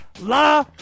la